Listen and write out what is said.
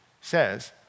says